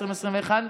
התשפ"א 2021,